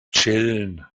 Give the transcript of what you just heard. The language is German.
chillen